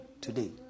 today